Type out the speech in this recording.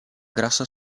grassa